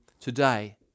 today